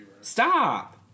Stop